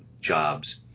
jobs